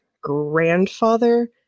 grandfather